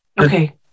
Okay